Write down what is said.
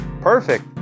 Perfect